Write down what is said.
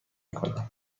کنم